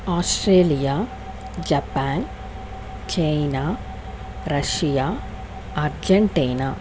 Australia Japan China Russia Argentina